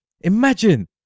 Imagine